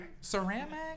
Ceramic